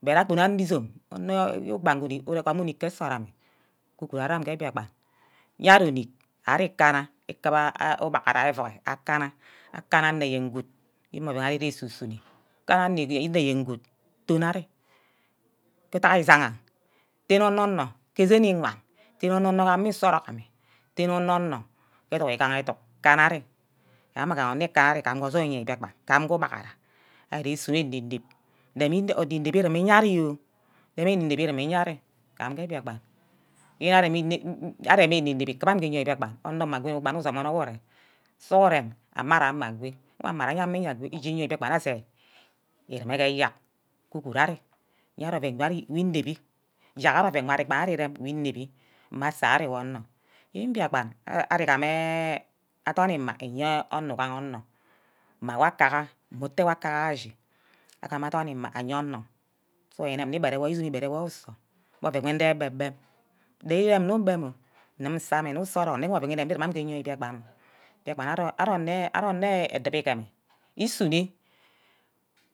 Gbere adot ke izome, onor ugbaga ugam onick ke nsort ama, ugo arear amin ke mbiakpan, ye ari onick ire ikana ubaghara ke ovuru akana, akana anor eyen good yene mme oven ari ere ke esusuno, kana onor eyen good ton ari ke adack isagha, ton onor-nor ke esen ima ton onor-nor ke ama iso-orock amme ton onor-por ke edug igaha educk kana ari yene awo mma gaha ono ikana ke osoil ayim mbiakpan kam ke ubaghara ari ere isuno ineb-neb, deme isono iye ari oh, dene ireme iya-ari gam mbiakpan yene aremi ene-nep ikuba imi mbiakpan amara, ama gwe ayenne iche mbiakpan ase ime ke eyerk ku uguru arear, ye ari oven wu inepbi, jack ari oven wor ari ireme wu inep mme asia ari mme onor mbiakpan ari gameh odorn ima iye onor igaha onor mma wakaha, mme ite uwaka eshi agama odorn ima aye onor sughuren inem nne igbere wor izome, ibere wor usor mme oven wor ndege ebe-bem, ndiye nnu gbema ngim nsameh mme nnu iso-orock ingume iye amin ke biakpan, biakpan arome nne adubo igeme isune,